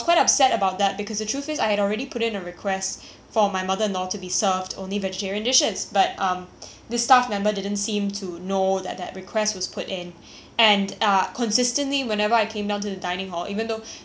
for my mother in law to be served only vegetarian dishes but um this staff member didn't seem to know that that request was put in and uh consistently whenever I came down to the dining hall even though the first time first day this happened I already told